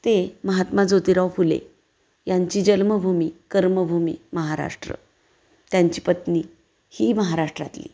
ते महात्मा ज्योतिराव फुले यांची जन्मभूमी कर्मभूमी महाराष्ट्र त्यांची पत्नी ही महाराष्ट्रातली